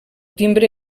timbre